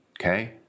Okay